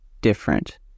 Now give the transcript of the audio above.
different